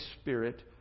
Spirit